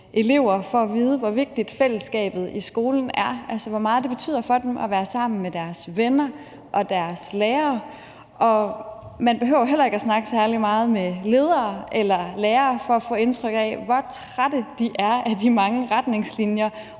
for at vide, hvor vigtigt fællesskabet i skolen er, altså hvor meget det betyder for dem at være sammen med deres venner og deres lærere, og man behøver heller ikke at snakke særlig meget med ledere eller lærere for at få indtryk af, hvor trætte de er af de mange retningslinjer